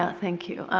ah thank you,